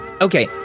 Okay